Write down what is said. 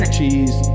Cheese